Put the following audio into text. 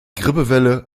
grippewelle